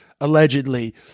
allegedly